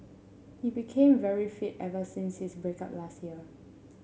he became very fit ever since his break up last year